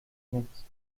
nichts